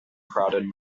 crowded